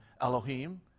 Elohim